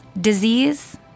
Disease